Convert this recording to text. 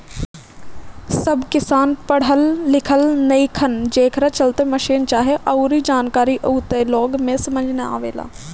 सब किसान पढ़ल लिखल नईखन, जेकरा चलते मसीन चाहे अऊरी जानकारी ऊ लोग के समझ में ना आवेला